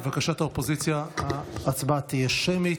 לבקשת האופוזיציה ההצבעה תהיה שמית.